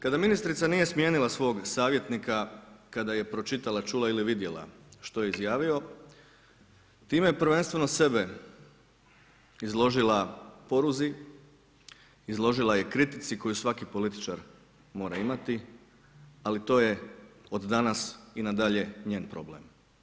Kada ministrica nije smijenila svog savjetnika, kada je pročitala, čula ili vidjela što je izjavio, time je prvenstveno sebe, izložila poruzi, izložila je kritici koju svaki političar mora imati, ali to je od danas i nadalje njen problem.